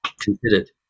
considered